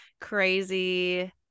crazy